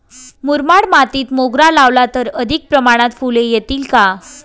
मुरमाड मातीत मोगरा लावला तर अधिक प्रमाणात फूले येतील का?